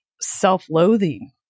self-loathing